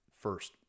First